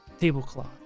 tablecloth